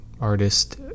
artist